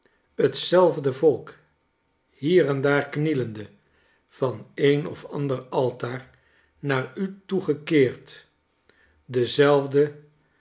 hetzelfde volk hier en daar knielende van een of ander altaar naar u toegekeerd dezelfde